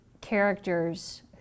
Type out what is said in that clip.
characters